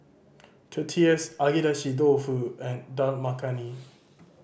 Tortillas Agedashi Dofu and Dal Makhani